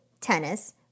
tennis